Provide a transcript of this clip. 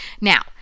Now